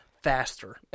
faster